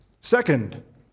Second